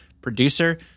producer